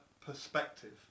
perspective